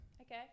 Okay